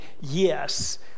yes